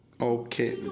okay